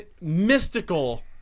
mystical